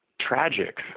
tragic